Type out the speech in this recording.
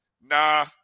nah